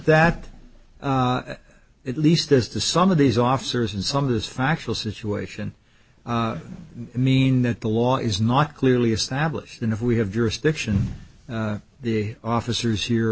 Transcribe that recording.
that at least as to some of these officers and some of this factual situation mean that the law is not clearly established and if we have jurisdiction the officers here